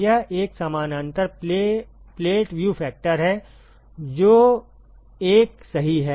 यह एक समानांतर प्लेट व्यू फैक्टर है जो 1 सही है